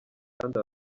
kandi